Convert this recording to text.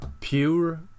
pure